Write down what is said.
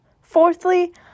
Fourthly